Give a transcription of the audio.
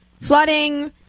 flooding